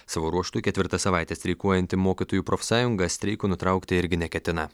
savo ruožtu ketvirtą savaitę streikuojanti mokytojų profsąjunga streiko nutraukti irgi neketina